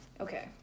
Okay